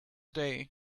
day